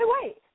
wait